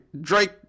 drake